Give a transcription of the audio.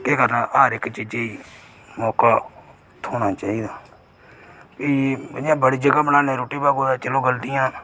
केह् करना हर इक चीजा गी मोका थोहना चाहिदा पिह् इयां बड़ी जगह बनाने रुट्टी पर कुदै चलो गलतियां